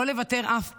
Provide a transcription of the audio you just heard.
לא לוותר אף פעם,